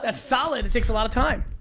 ah solid, it takes a lot of time.